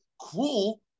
Cruel